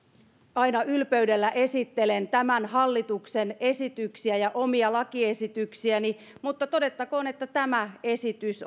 aina ylpeydellä esittelen tämän hallituksen esityksiä ja omia lakiesityksiäni mutta todettakoon että tämä esitys